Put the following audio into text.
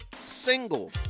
single